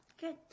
Good